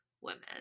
women